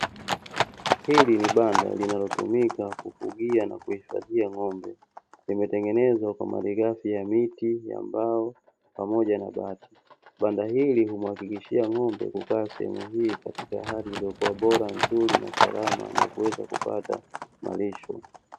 Hili ni banda linalotumika kufugia na kuhifadhia ng'ombe. Limetengenezwa kwa malighafi ya miti na mbao pamoja na bati. Banda hili humuhakikishia ng'ombe kukaa sehemu hii katika hali iliyokuwa bora, nzuri na salama na kuweza kupata malisho.